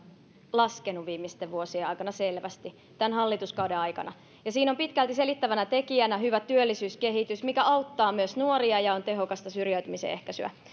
laskenut viimeisten vuosien aikana selvästi tämän hallituskauden aikana siinä on pitkälti selittävänä tekijänä hyvä työllisyyskehitys mikä auttaa myös nuoria ja on tehokasta syrjäytymisen ehkäisyä